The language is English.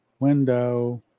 Window